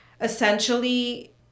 essentially